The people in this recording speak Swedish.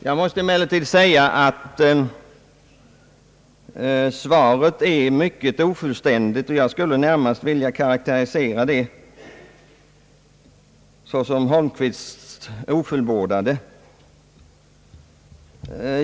Jag måste emellertid säga att svaret är mycket ofullständigt. Jag skulle närmast vilja karakterisera det som Holmqvists ofullbordade.